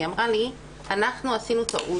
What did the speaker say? היא אמרה לי: אנחנו עשינו טעות,